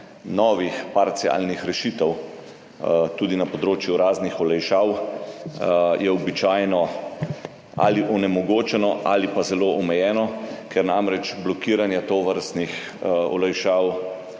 novih parcialnih rešitev tudi na področju raznih olajšav je običajno onemogočeno ali pa zelo omejeno, ker namreč tovrstne olajšave